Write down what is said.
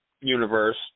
universe